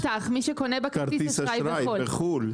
עמלת המרת מט"ח, מי שקונה בכרטיס אשראי בחו"ל.